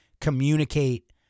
communicate